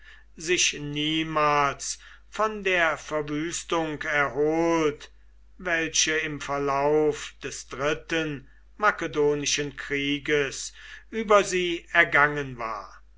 sich niemals von der verwüstung erholt welche im verlauf des dritten makedonischen krieges über sie ergangen war